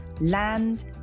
land